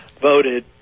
voted